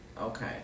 Okay